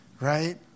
right